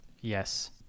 Yes